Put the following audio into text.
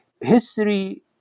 history